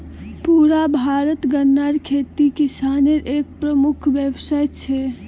पुरा भारतत गन्नार खेती किसानेर एक प्रमुख व्यवसाय छे